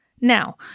Now